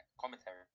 commentary